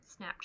Snapchat